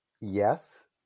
yes